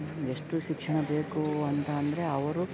ಎಷ್ಟು ಶಿಕ್ಷಣ ಬೇಕು ಅಂತ ಅಂದರೆ ಅವರು